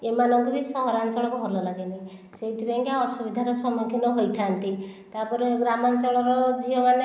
ଏମାନଙ୍କୁ ବି ସହରାଞ୍ଚଳ ଭଲ ଲାଗେ ନାହିଁ ସେଥିପାଇଁକି ଅସୁବିଧାର ସମ୍ମୁଖୀନ ହୋଇଥାନ୍ତି ତା'ପରେ ଗ୍ରାମାଞ୍ଚଳର ଝିଅମାନେ